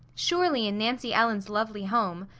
surely in nancy ellen's lovely home,